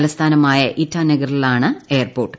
തലസ്ഥാനമായ ഇറ്റാനഗറിനടുത്താണ് എയർപോർട്ട്